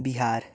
Bihar